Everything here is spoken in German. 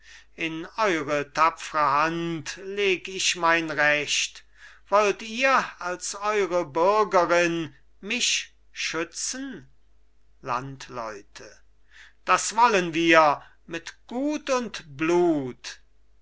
in eure tapfre hand leg ich mein recht wollt ihr als eure bürgerin mich schützen landleute das wollen wir mit gut und blut